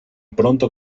pronto